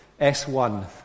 S1